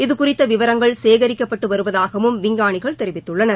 இது குறித்த விவரங்கள் சேகரிக்கப்பட்டு வருவதாகவும் விஞ்ஞானிகள் தெரிவித்துள்ளனர்